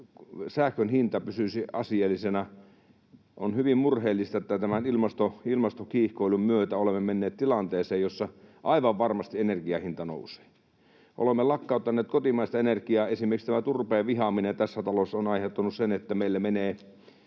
sähkön hinta pysyisi asiallisena. On hyvin murheellista, että tämän ilmastokiihkoilun myötä olemme menneet tilanteeseen, jossa aivan varmasti energian hinta nousee. Me olemme lakkauttaneet kotimaista energiaa: Esimerkiksi tämä turpeen vihaaminen tässä talossa on aiheuttanut sen, että meillä